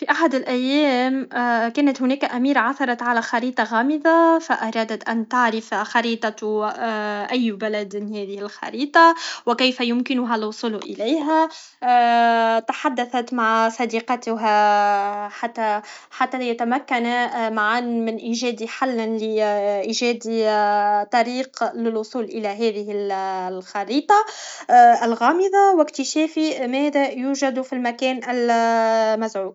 في احد الأيام كانت هناك اميره عثرت على خريطه غامضه فارادت ان تعرف خريطة أي بلد هذه الخريطه و كيف يمكنها الوصول اليها تحدثت مع صديقتها حتى حتى ليتمكنا معا من إيجاد حل من إيجاد طريق للوصول الى هذه الخريطه الغامضه و اكتشاف ماذا يوجد في المكان المزعوم